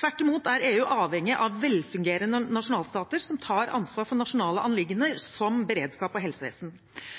Tvert imot er EU avhengig av velfungerende nasjonalstater som tar ansvar for nasjonale anliggender som beredskap og helsevesen.